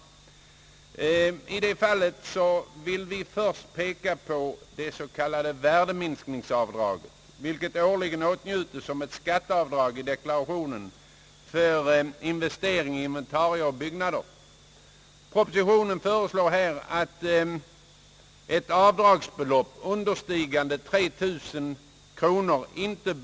Vi vill först peka på det s.k. värdeminskningsavdrag, vilket årligen åtnjutes som ett skatteavårag i deklarationen för investering i inventarier och byggnader. Propositionen föreslår här att ett avdragsbelopp understigande 3 000 kronor inte Ang.